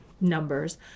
numbers